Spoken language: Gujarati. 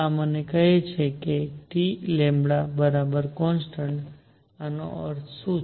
આ મને કહે છે કે Tconstant આનો અર્થ શું છે